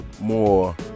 more